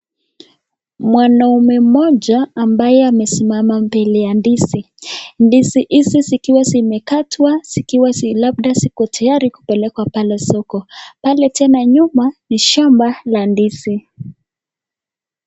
Mwanaume mmoja ambaye amesimama mbele ya ndizi, ndizi hizi zikiwa zimekatwa zikiwa labda ziko tayari kupelekwa pale soko pale tena nyuma ni shamba la ndizi.